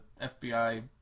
FBI